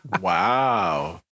Wow